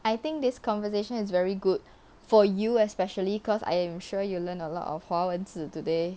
I think this conversation is very good for you especially cause I am sure you learnt a lot of 华文字 today